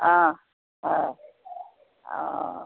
অঁ হয় অঁ